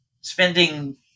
spending